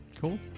Cool